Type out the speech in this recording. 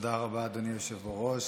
תודה רבה, אדוני היושב בראש.